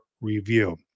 review